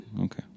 Okay